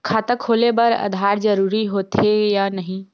खाता खोले बार आधार जरूरी हो थे या नहीं?